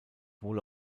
wohl